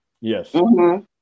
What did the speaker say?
Yes